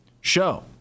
show